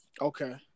Okay